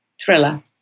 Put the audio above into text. thriller